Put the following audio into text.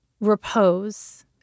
repose